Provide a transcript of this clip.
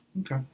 Okay